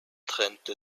trennte